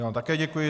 Já vám také děkuji.